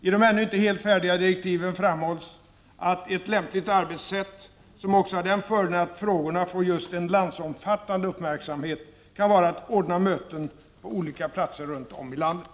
I de ännu inte helt färdiga direktiven framhålls att ett lämpligt arbetssätt — som också har den fördelen att frågorna får just en landsomfattande uppmärksamhet — kan vara att ordna möten på olika platser runt om i landet.